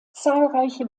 zahlreiche